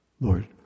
Lord